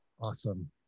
Awesome